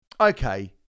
okay